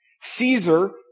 Caesar